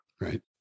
right